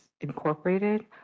Incorporated